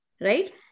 right